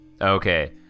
Okay